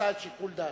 עשתה את שיקול דעתה,